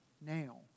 now